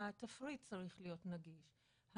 התפריט צריך להיות נגיש.